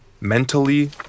Mentally